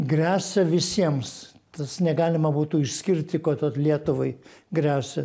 gresia visiems tas negalima būtų išskirti kad vot lietuvai gresia